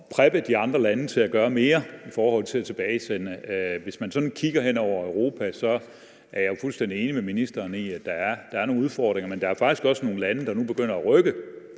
preppe de andre lande til at gøre mere i forhold til at tilbagesende. Hvis man sådan kigger hen over Europa, er jeg fuldstændig enig med ministeren i, at der er nogle udfordringer, men der er faktisk også nogle lande, der nu begynder at rykke